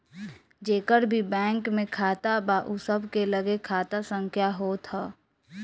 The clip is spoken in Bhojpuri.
जेकर भी बैंक में खाता बा उ सबके लगे खाता संख्या होत हअ